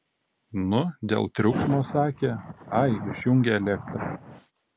nu dėl triukšmo sakė ai išjungė elektrą